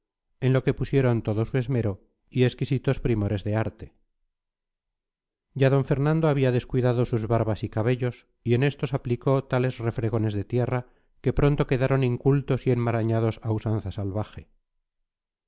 en lo que pusieron todo su esmero y exquisitos primores de arte ya d fernando había descuidado sus barbas y cabellos y en estos aplicó tales refregones de tierra que pronto quedaron incultos y enmarañados a usanza salvaje